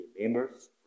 members